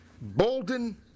Bolden